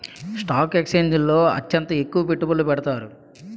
stock ఎక్స్చేంజిల్లో అత్యంత ఎక్కువ పెట్టుబడులు పెడతారు